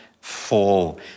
fall